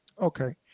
Okay